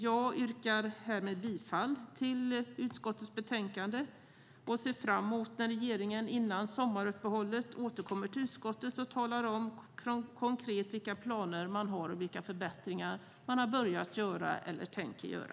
Jag yrkar härmed bifall till utskottets förslag och ser fram emot när regeringen före sommaruppehållet återkommer till utskottet och talar om konkret vilka planer man har och vilka förbättringar man har börjat göra eller tänker göra.